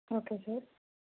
okay sir